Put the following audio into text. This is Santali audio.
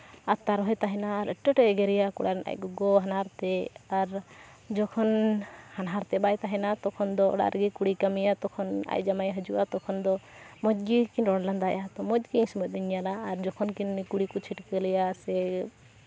ᱟᱨ ᱛᱟᱣ ᱨᱮᱦᱚᱸᱭ ᱛᱟᱦᱮᱱᱟ ᱟᱹᱰᱤ ᱟᱸᱴᱮ ᱮᱜᱮᱨᱮᱭᱟ ᱠᱚᱲᱟ ᱨᱮᱱ ᱟᱡ ᱜᱚᱜᱚ ᱦᱟᱱᱦᱟᱨ ᱛᱮᱫ ᱟᱨ ᱡᱚᱠᱷᱚᱱ ᱦᱟᱱᱦᱟᱨ ᱛᱮᱫ ᱵᱟᱭ ᱛᱟᱦᱮᱱᱟ ᱛᱚᱠᱷᱚᱱ ᱫᱚ ᱚᱲᱟᱜ ᱨᱮᱜᱮ ᱠᱩᱲᱤᱭ ᱠᱟᱹᱢᱤᱭᱟ ᱛᱚᱠᱷᱚᱱ ᱟᱡ ᱡᱟᱶᱟᱭᱮ ᱦᱤᱡᱩᱜᱼᱟ ᱛᱚᱠᱷᱚᱱ ᱫᱚ ᱢᱚᱡᱽ ᱜᱮ ᱠᱤᱱ ᱨᱚᱲ ᱞᱟᱸᱫᱟᱭᱟ ᱛᱳ ᱢᱚᱡᱽ ᱜᱮ ᱩᱱ ᱥᱚᱢᱚᱭ ᱫᱚᱧ ᱧᱮᱞᱟ ᱟᱨ ᱡᱚᱠᱷᱚᱱ ᱜᱮ ᱩᱱᱤ ᱠᱩᱲᱤ ᱠᱚ ᱪᱷᱟᱹᱴᱠᱟᱹᱞᱮᱭᱟ ᱥᱮ